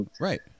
Right